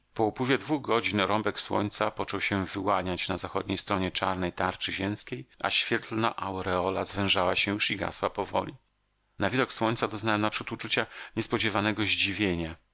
po upływie dwóch godzin rąbek słońca począł się wyłaniać na zachodniej stronie czarnej tarczy ziemskiej a świetlna aureola zwężała się już i gasła powoli na widok słońca doznałem naprzód uczucia niespodziewanego zdziwienia